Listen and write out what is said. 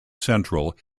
central